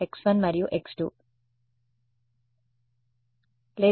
కాబట్టి ఈ వ్యవస్థ డిటెర్మినెంట్ 2 సజాతీయంగా ఉంటుంది